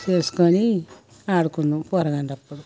చేసుకోని ఆడుకుంటాం పోరగాన్లప్పుడు